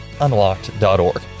unlocked.org